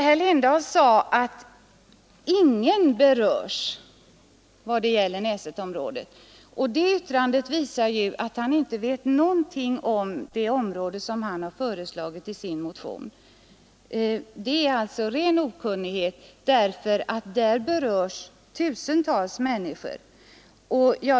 Herr Lindahl sade att ingen berörs när det gäller Näsetområdet. Det yttrandet visar att han är helt okunnig om det område som han har föreslagit i motionen. Där berörs nämligen tusentals människor.